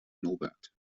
norbert